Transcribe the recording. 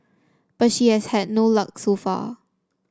but she has had no luck so far